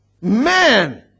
Man